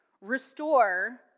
restore